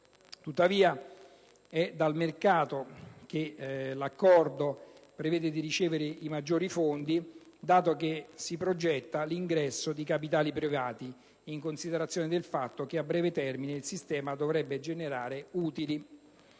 Tuttavia, è dal mercato che l'Accordo prevede di ricevere i maggiori fondi dato che si progetta l'ingresso di capitali privati in considerazione del fatto che, a breve termine, il sistema dovrebbe generare utili.